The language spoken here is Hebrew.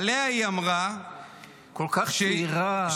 עליה היא אמרה שהיא מודל --- כל כך צעירה.